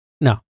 No